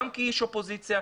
גם כאיש אופוזיציה,